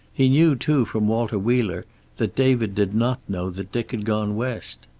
he knew too from walter wheeler that david did not know that dick had gone west.